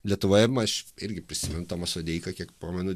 lietuvoje aš irgi prisimenu tomą sodeiką kiek pamenu